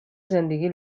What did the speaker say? زندگی